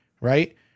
right